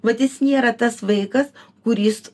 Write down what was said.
vat jis nėra tas vaikas kuris